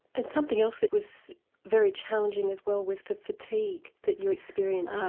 and something else that was very challenging as well was the fatigue that you experienced.